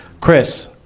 Chris